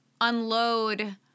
unload